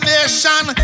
Nation